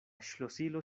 ŝlosilo